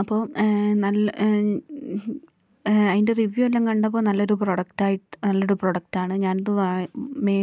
അപ്പോൾ നല്ല അതിന്റെ റിവ്യൂ എല്ലാം കണ്ടപ്പോൾ നല്ലൊരു പ്രോഡക്റ്റായിട്ട് നല്ലൊരു പ്രോഡക്റ്റാണ് ഞാനിത് വാ മേ